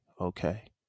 okay